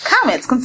Comments